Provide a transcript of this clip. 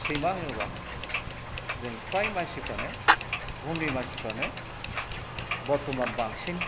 सैमा होनोबा जों फ्राय मानसिफ्रानो बुहुमनि मानसिफ्रानो बरत'मान बांसिन